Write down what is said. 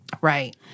Right